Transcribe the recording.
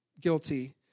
guilty